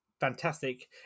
fantastic